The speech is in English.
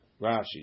Rashi